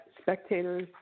spectators